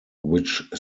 which